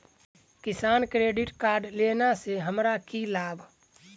किसान credit card लेला सऽ हमरा की लाभ?